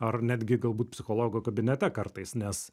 ar netgi galbūt psichologo kabinete kartais nes